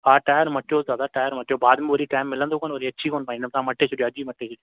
हा टायर मटियो दादा टायर मटियो बादि में वरी टाइम मिलंदो कोन वरी अची कोन पाईंदुमि तव्हां मटे छॾियो अॼु ई मटे छॾियो